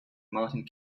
martin